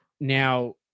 Now